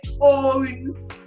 own